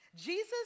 Jesus